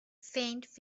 faint